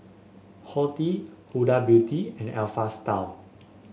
Horti Huda Beauty and Alpha Style